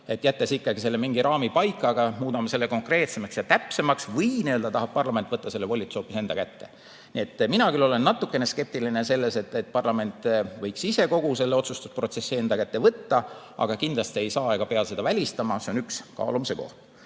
on, jättes ikkagi mingi raami paika, aga muudame selle konkreetsemaks ja täpsemaks, või tahab parlament võtta selle volituse hoopis enda kätte. Nii et mina küll olen natukene skeptiline selle suhtes, et parlament võiks ise kogu selle otsustusprotsessi enda kätte võtta, aga kindlasti ei saa ega pea seda välistama. See on üks kaalumise